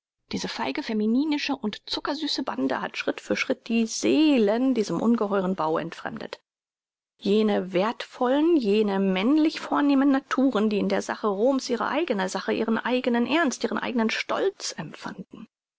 diese feige femininische und zuckersüße bande hat schritt für schritt die seelen diesem ungeheuren bau entfremdet jene werthvollen jene männlich vornehmen naturen die in der sache rom's ihre eigne sache ihren eignen ernst ihren eignen stolz empfanden